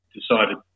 decided